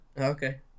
Okay